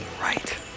right